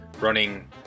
running